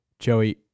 Joey